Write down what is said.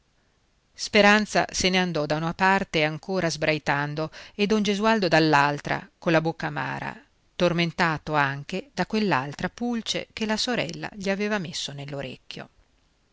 speranza se ne andò da una parte ancora sbraitando e don gesualdo dall'altra colla bocca amara tormentato anche da quell'altra pulce che la sorella gli aveva messo